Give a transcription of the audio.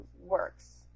works